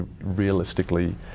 Realistically